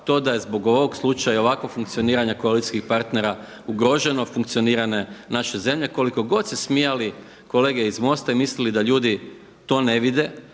to da je zbog ovog slučaja i ovakvog funkcioniranja koalicijskih partnera ugroženo funkcioniranje naše zemlje koliko god se smijali kolege iz MOST-a i mislili da ljudi to ne vide.